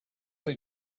they